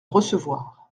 recevoir